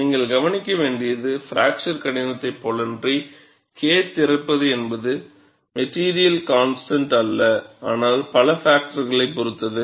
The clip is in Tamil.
நீங்கள் கவனிக்க வேண்டியது பிராக்சர் கடினத்தைப் போலன்றி K திறப்பு என்பது மேட்டிரியல் கான்ஸ்டன்ட் அல்ல ஆனால் பல பாக்டர்களைப் பொறுத்தது